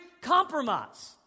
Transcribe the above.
compromise